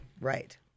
Right